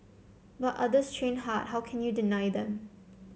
but others train hard how can you deny them